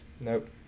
Nope